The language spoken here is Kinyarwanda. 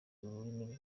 ururimi